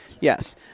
Yes